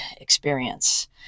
experience